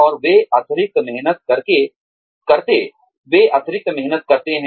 और वे अतिरिक्त मेहनत करते हैं